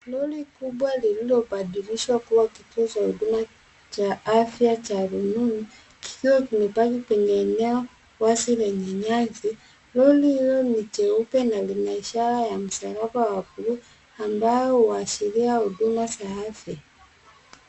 Lori kubwa lililobadilishwa kuwa kituo cha huduma cha afya cha rununu, kikiwa kimepaki kwenye eneo wazi lenye nyasi .Lori hilo ni jeupe na lina ishara ya msalaba wa buluu ambao huashiria huduma za afya.